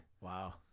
Wow